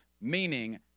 Meaning